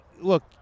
look